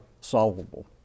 solvable